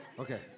Okay